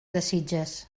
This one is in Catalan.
desitges